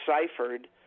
deciphered